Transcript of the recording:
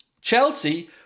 Chelsea